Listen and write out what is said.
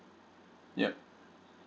yup